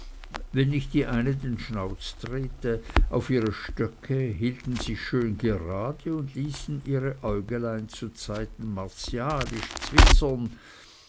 wenn nicht die eine den schnauz drehte auf ihre stöcke hielten sich schön gerade ließen ihre äugelein zu zeiten martialisch zwitzern